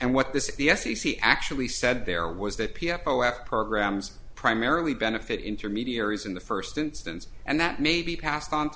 and what this is the f c c actually said there was that p f o f programs primarily benefit intermediaries in the first instance and that may be passed on to